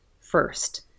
first